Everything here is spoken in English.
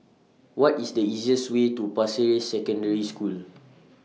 What IS The easiest Way to Pasir Ris Secondary School